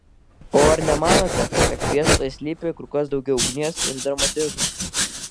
o ar nemanote kad fiestoje slypi kur kas daugiau ugnies ir dramatizmo